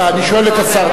אני שואל את השר.